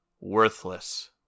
worthless